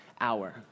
hour